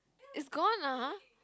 is gone (uh huh)